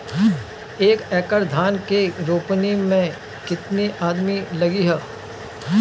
एक एकड़ धान के रोपनी मै कितनी आदमी लगीह?